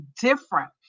different